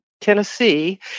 Tennessee